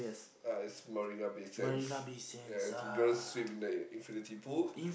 uh it's Marina-Bay-Sands yes we gonna swim in the infinity pool